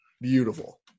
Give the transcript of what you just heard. Beautiful